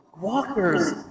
walkers